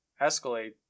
escalate